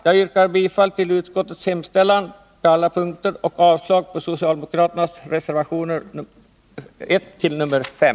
Jag yrkar bifall till utskottets hemställan på alla punkter och avslag på socialdemokraternas reservationer 1-5.